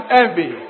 envy